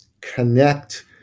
connect